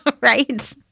right